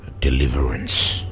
Deliverance